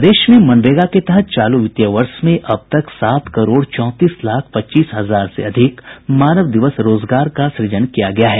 प्रदेश में मनरेगा के तहत चालू वित्तीय वर्ष में अबतक सात करोड़ चौंतीस लाख पच्चीस हजार से अधिक मानव दिवस रोजगार का सूजन किया गया है